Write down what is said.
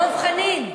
דב חנין.